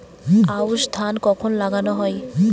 আউশ ধান কখন লাগানো হয়?